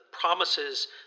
promises